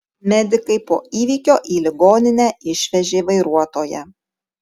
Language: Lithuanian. medikai po įvykio į ligoninę išvežė vairuotoją